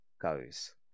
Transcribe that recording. goes